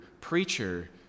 preacher